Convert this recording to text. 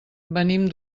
venim